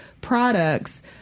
products